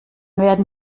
werden